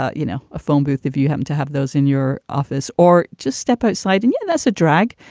ah you know, a phone booth if you happen to have those in your office or just step outside. and yeah, that's a drag.